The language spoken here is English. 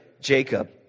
Jacob